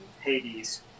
Hades